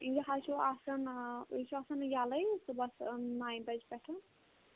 یہِ حظ چھُو آسان یہِ چھُ آسان یلے صُبحَس نیہِ بَجہِ پیٚٹھٕ